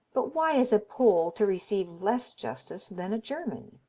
but why is a pole to receive less justice than a german?